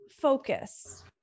focus